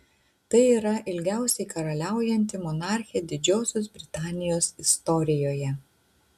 tai yra ilgiausiai karaliaujanti monarchė didžiosios britanijos istorijoje